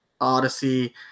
Odyssey